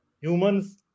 Humans